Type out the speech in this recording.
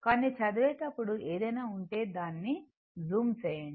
కానీ చదివేటప్పుడు ఏదైనా ఉంటే దాన్ని జూమ్చేయండి